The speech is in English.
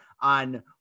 on